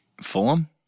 Fulham